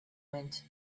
went